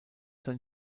sein